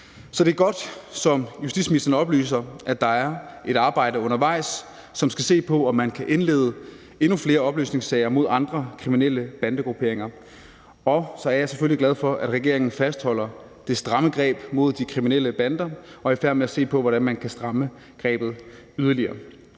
Så det er godt, som justitsministeren oplyser, at der er et arbejde undervejs, som skal se på, om man kan indlede endnu flere opløsningssager mod andre kriminelle bandegrupperinger. Så er jeg selvfølgelig også glad for, at regeringen fastholder det stramme greb om de kriminelle bander, og at den er i færd med at se på, hvordan man kan stramme grebet yderligere.